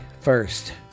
first